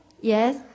Yes